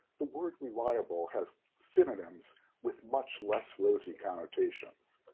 the word reliable has synonyms with much less rosy connotations.